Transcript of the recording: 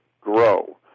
grow